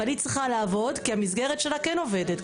אבל היא צריכה לעבוד כי המסגרת שלה כן עובדת,